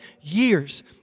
years